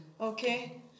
okay